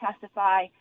testify